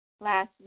last